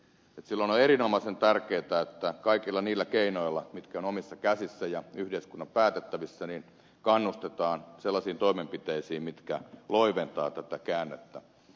silloin on erinomaisen tärkeätä että kaikilla niillä keinoilla mitkä ovat omissa käsissä ja yhteiskunnan päätettävissä kannustetaan sellaisiin toimenpiteisiin mitkä loiventavat tätä käännettä